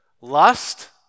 Lust